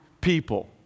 people